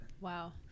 Wow